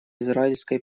израильской